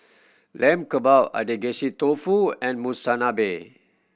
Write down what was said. Lamb Kebab Agedashi Dofu and Monsunabe